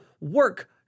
work